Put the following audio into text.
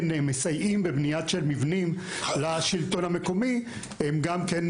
מסייעים בבניית מבנים לשלטון המקומי גם כן